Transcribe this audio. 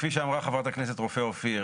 כפי שאמרה חברת הכנסת רופא אופיר